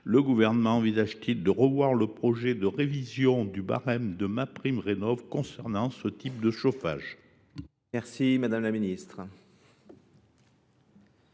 Le Gouvernement envisage t il de revoir le projet de révision du barème de MaPrimeRénov’ concernant ce type de chauffage ? La parole est à Mme la ministre.